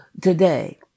today